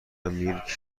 میلک